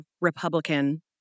Republican